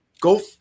Go